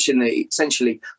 essentially